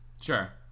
Sure